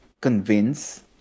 convince